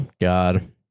God